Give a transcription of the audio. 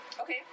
Okay